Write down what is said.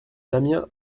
damien